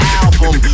album